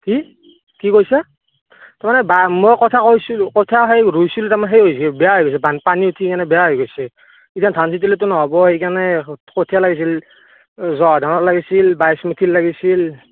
কি কি কৈছে তাৰমানে বা মই কঠীয়া কৰিছিলোঁ কঠীয়া সেই ৰুইছিলোঁ তাৰমানে সেই বেয়া হৈ গৈছে বানপানী উঠিকেনে বেয়া হৈ গৈছে এতিয়া ধান সিচিঁলেতো নহ'ব সেই কাৰণে কঠীয়া লাগিছিল জহা ধানৰ লাগিছিল বাইছ মুঠিৰ লাগিছিল